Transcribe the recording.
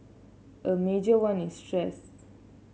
a major one is stress